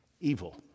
Evil